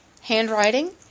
Handwriting